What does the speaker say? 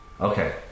Okay